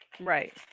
Right